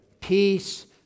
peace